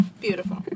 Beautiful